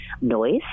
noise